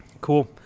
Cool